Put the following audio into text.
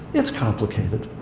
it's complicated.